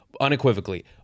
unequivocally